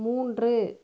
மூன்று